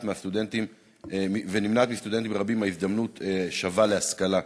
מסטודנטים רבים הזדמנות שווה להשכלה,